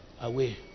away